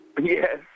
Yes